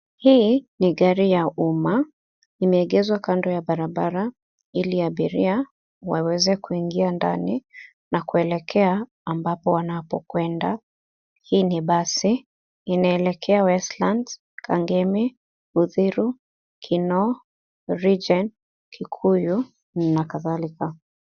Hii ni gari ya umma. Imeegeshwa kando ya barabara ili abiria waweze kuingia ndani na kuelekea ambapo wanapokwenda. Hii ni basi inaelekea Westlands, Kangemi , Uthiru, Kinoo, Reagen, Kikuyu na kadhalika.